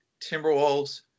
Timberwolves